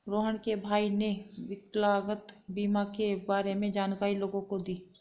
रोहण के भाई ने विकलांगता बीमा के बारे में जानकारी लोगों को दी